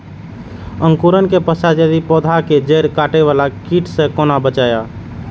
अंकुरण के पश्चात यदि पोधा के जैड़ काटे बाला कीट से कोना बचाया?